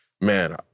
man